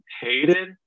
hated